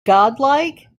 godlike